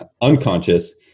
unconscious